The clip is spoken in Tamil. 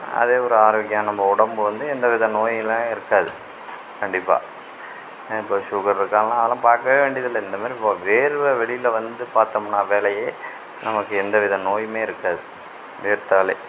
அதே ஒரு ஆரோக்கியம் நம்ம உடம்பு வந்து எந்த வித நோயெலாம் இருக்காது கண்டிப்பாக இப்போ சுகரு இருக்கானெலாம் அதெலாம் பார்க்கவே வேண்டியதில்லை இந்த மாதிரி வேர்வை வெளியில் வந்து பார்த்தோம்னா வேலையே நமக்கு எந்த வித நோயுமே இருக்காது வேர்த்தாலே